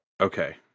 Okay